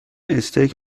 استیک